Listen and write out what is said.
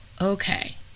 Okay